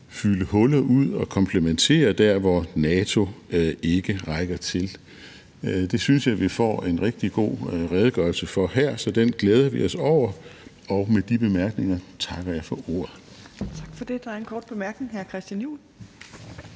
fylde huller ud og komplementere der, hvor NATO ikke rækker. Det synes jeg vi har fået en rigtig god redegørelse for her, så den glæder vi os over, og med de bemærkninger takker jeg for ordet. Kl. 17:44 Fjerde næstformand (Trine